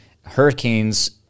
hurricanes